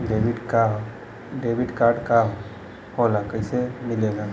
Debit card का होला कैसे मिलेला?